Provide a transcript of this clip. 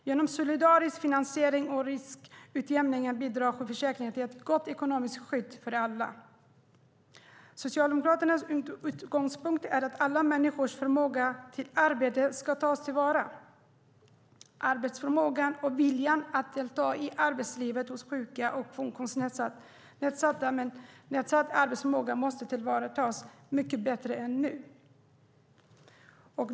Genom solidarisk finansiering och riskutjämning bidrar sjukförsäkringen till ett gott ekonomiskt skydd för alla. Socialdemokraternas utgångspunkt är att alla människors förmåga till arbete ska tas till vara. Arbetsförmågan och viljan att delta i arbetslivet hos sjuka och funktionsnedsatta med nedsatt arbetsförmåga måste tillvaratas mycket bättre än nu.